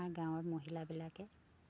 গাঁৱৰ মহিলাবিলাকে